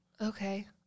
Okay